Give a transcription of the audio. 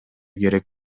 керек